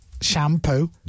shampoo